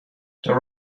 there